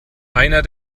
einer